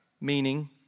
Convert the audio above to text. meaning